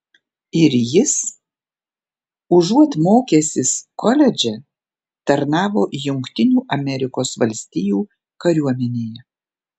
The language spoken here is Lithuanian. ir jis užuot mokęsis koledže tarnavo jungtinių amerikos valstijų kariuomenėje